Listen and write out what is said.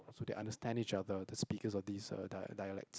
so they understand each other the speakers of these dialects